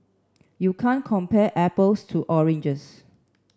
you can't compare apples to oranges